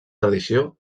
tradició